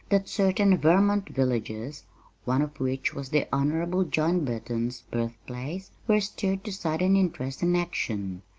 that certain vermont villages one of which was the honorable john burton's birthplace were stirred to sudden interest and action.